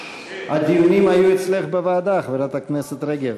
הדיונים היו אצלך בוועדה, חברת הכנסת רגב.